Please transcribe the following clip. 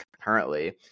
currently